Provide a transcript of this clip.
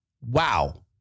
Wow